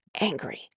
angry